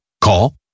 Call